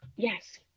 Yes